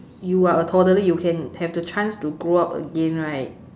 you are a toddler you can have the chance to grow up again right